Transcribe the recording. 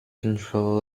control